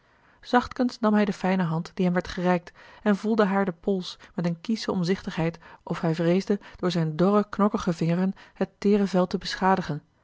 zachtkens nam hij de fijne hand die hem werd gereikt en voelde haar den pols met eene kiesche omzichtigheid of hij vreesde door zijn dorre knokkige vingeren het teêre vel te beschadigen